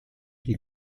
die